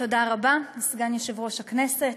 תודה רבה, סגן יושב-ראש הכנסת,